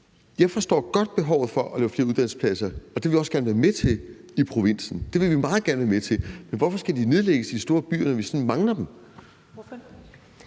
Jeg forstår godt behovet for at lave flere uddannelsespladser i provinsen, og det vil jeg også gerne være med til. Det vil vi meget gerne være med til, men hvorfor skal de nedlægges i de store byer, når vi mangler dem?